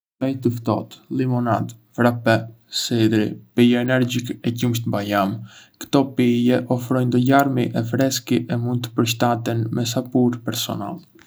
Çaj të ftohtë, limonadë, frappè, sidri, pije energjike e qumësht bajame. Ktò pije ofrojndë larmi e freski e mund të përshtaten me sapúrt personale.